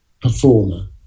performer